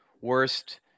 worst